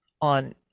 on